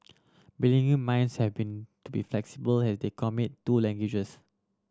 bilingual minds have been be flexible has they commit to languages